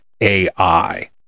AI